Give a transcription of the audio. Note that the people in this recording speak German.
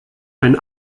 ein